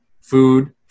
food